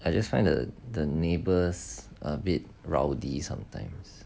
I just find the the neighbours a bit rowdy sometimes